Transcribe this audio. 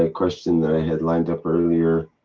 ah question that i had lined up earlier.